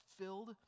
filled